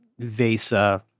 VESA